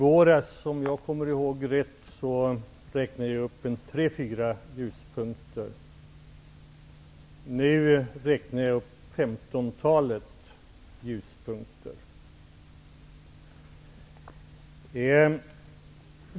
Fru talman! I våras räknade jag upp tre fyra ljuspunkter. Nu räknar jag upp femtontalet ljuspunkter.